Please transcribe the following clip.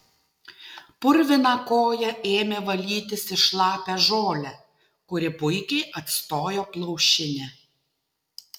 purviną koją ėmė valytis į šlapią žolę kuri puikiai atstojo plaušinę